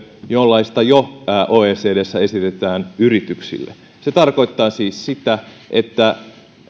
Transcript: jollaista oecdssä jo esitetään yrityksille se tarkoittaa siis sitä että